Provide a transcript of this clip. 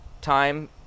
time